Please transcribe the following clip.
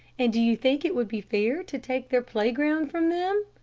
and do you think it would be fair to take their playground from them?